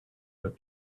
the